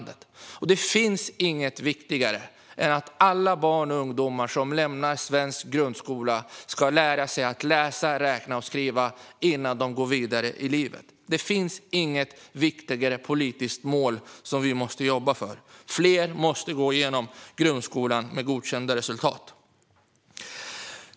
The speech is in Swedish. Det finns inget viktigare än att alla barn och ungdomar som lämnar svensk grundskola ska ha lärt sig att läsa, räkna och skriva innan de går vidare i livet. Det finns inget viktigare politiskt mål som vi måste jobba för. Fler måste gå igenom grundskolan med godkända betyg.